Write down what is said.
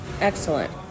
excellent